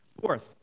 Fourth